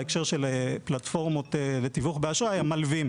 בהקשר של פלטפורמות ותיווך באשראי המלווים.